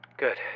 Good